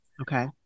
Okay